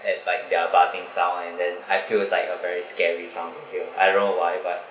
at like their buzzing sound and then I feel is like a very scary sound to hear I don't know why but